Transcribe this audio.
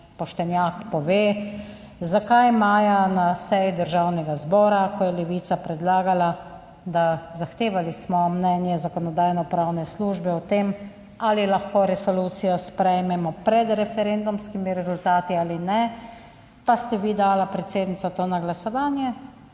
poštenjak pove, zakaj je maja na seji Državnega zbora, ko je Levica predlagala da, zahtevali smo mnenje Zakonodajno-pravne službe o tem, ali lahko resolucijo sprejmemo pred referendumskimi rezultati ali ne, pa ste vi dali, predsednica, to na glasovanje,